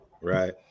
right